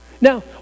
Now